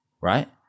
Right